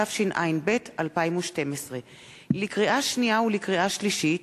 התשע"ב 2012. לקריאה שנייה ולקריאה שלישית: